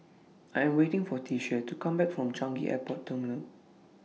I Am waiting For Tishie to Come Back from Changi Airport Terminal